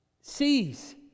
sees